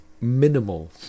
minimal